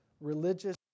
religious